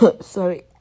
sorry